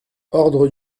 ordre